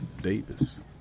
Davis